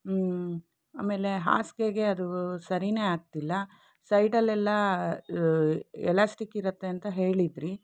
ಆಮೇಲೆ ಹಾಸಿಗೆಗೆ ಅದು ಸರಿಯೇ ಆಗ್ತಿಲ್ಲ ಸೈಡಲ್ಲೆಲ್ಲ ಎಲಾಸ್ಟಿಕ್ ಇರುತ್ತೆ ಅಂತ ಹೇಳಿದ್ದಿರಿ